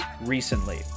recently